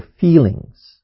feelings